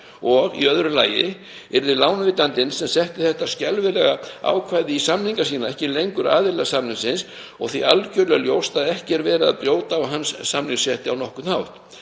Í öðru lagi yrði lánveitandinn sem setti þetta skelfilega ákvæði í samninga sína ekki lengur aðili samningsins og því algjörlega ljóst að ekki er verið að brjóta á hans samningsrétti á nokkurn hátt.